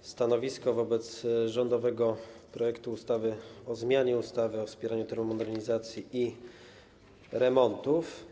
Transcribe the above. stanowisko wobec rządowego projektu ustawy o zmianie ustawy o wspieraniu termomodernizacji i remontów.